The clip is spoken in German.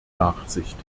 nachsicht